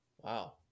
Wow